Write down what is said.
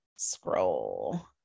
Scroll